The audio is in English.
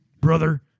brother